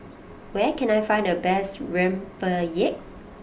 where can I find the best Rempeyek